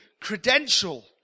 credential